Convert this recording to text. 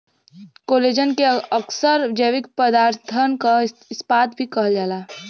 collagen के अक्सर जैविक पदारथन क इस्पात भी कहल जाला